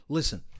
Listen